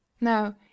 now